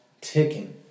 ticking